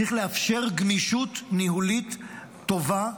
וצריך לאפשר גמישות ניהולית טובה,